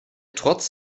trotz